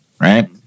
right